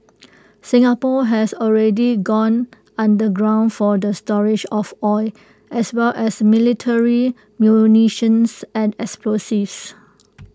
Singapore has already gone underground for the storage of oil as well as military munitions and explosives